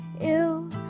ill